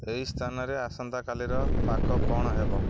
ଏହି ସ୍ଥାନରେ ଆସନ୍ତାକାଲିର ପାଗ କ'ଣ ହେବ